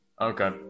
Okay